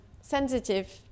sensitive